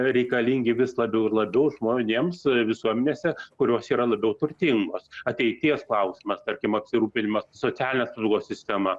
reikalingi vis labiau ir labiau žmonėms visuomenėse kurios yra labiau turtingos ateities klausimas tarkim apsirūpinimas socialine apsaugos sistema